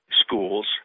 schools